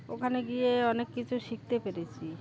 ওখানে গিয়ে অনেক কিছু শিখতে পেরেছি